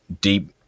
deep